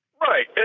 Right